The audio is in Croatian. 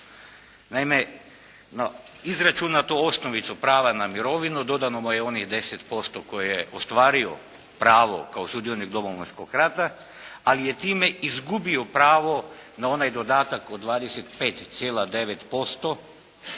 Naime, izračunatu osnovicu prava na mirovinu dodano mu je onih 10% koje je ostvario pravo kao sudionik Domovinskog rata, ali je time izgubio pravo na onaj dodatak od 25,9%